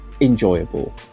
enjoyable